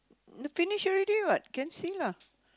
finish already what can see lah